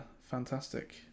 fantastic